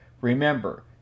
Remember